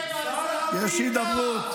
יש הידברות.